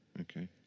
okay